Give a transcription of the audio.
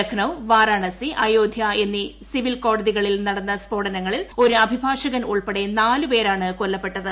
ലഖ്നൌ വാരാണസി അയോധ്യ എന്നീ സിവിൽ കോടതികളിൽ നടന്ന സ്ഫോടനങ്ങളിൽ ഒരു അഭിഭാഷകൻ ഉൾപ്പെടെ നാലുപേരാണ് കൊല്ലപ്പെട്ടത്